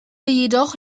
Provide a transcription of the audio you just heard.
jedoch